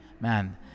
Man